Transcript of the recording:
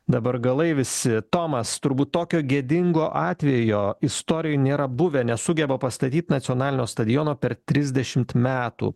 dabar galai visi tomas turbūt tokio gėdingo atvejo istorijoj nėra buvę nesugeba pastatyt nacionalinio stadiono per trisdešimt metų